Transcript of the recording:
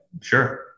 sure